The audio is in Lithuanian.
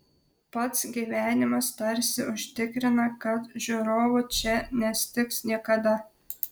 pats gyvenimas tarsi užtikrina kad žiūrovų čia nestigs niekada